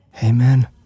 Amen